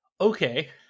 Okay